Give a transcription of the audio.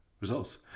results